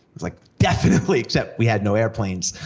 was like, definitely! except we had no airplanes.